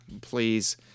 please